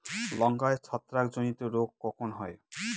লঙ্কায় ছত্রাক জনিত রোগ কখন হয়?